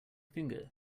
finger